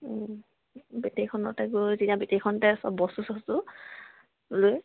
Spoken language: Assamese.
বেটেৰীখনতে গৈ তেতিয়া বেটেৰীখনতে সব বস্তু চস্তু লৈ